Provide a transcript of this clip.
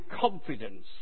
confidence